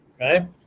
okay